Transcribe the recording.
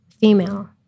female